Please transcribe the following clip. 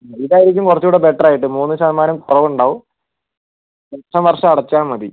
ഇതായിരിക്കും കുറച്ച് കൂടെ ബെറ്റർ ആയിട്ട് മൂന്ന് ശതമാനം കുറവ് ഉണ്ടാവും വർഷം വർഷം അടച്ചാൽ മതി